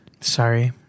Sorry